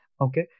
Okay